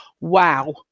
wow